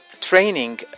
training